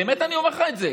באמת אני אומר לך את זה.